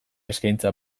eskaintza